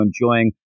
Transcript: enjoying